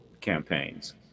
campaigns